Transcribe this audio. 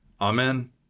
Amen